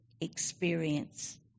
experience